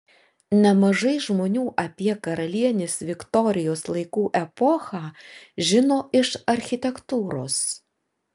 nemažai žmonių apie karalienės viktorijos laikų epochą žino iš architektūros